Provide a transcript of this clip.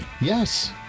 yes